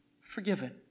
Forgiven